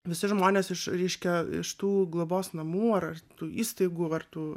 visi žmonės iš reiškia iš tų globos namų ar tų įstaigų ar tų